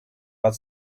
but